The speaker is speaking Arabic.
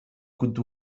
كنت